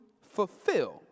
fulfill